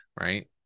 Right